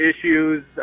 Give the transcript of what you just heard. issues